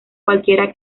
cualquiera